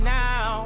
now